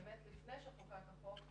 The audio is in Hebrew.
לפני שחוקק החוק,